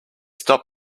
stop